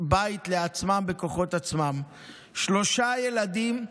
בית לעצמם בכוחות עצמם, ושלושה ילדים,